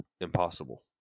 impossible